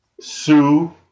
sue